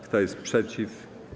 Kto jest przeciw?